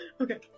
Okay